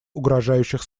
угрожающих